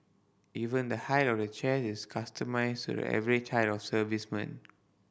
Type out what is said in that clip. even the height of the chairs is customised average height of servicemen